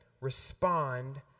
respond